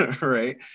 right